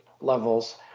levels